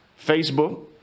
Facebook